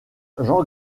jean